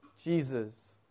Jesus